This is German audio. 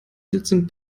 sitzung